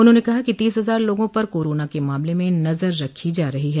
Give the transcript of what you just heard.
उन्होंने कहा कि तीस हजार लोगों पर कोरोना के मामले में नजर रखी जा रही है